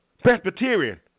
Presbyterian